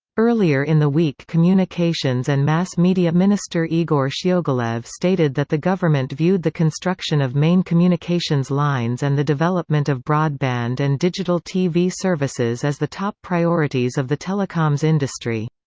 earlier in the week communications and mass media minister igor shchyogolev stated that the government viewed the construction of main communications lines and the development of broadband and digital tv services as the top priorities of the telecoms industry.